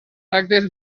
actes